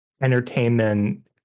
entertainment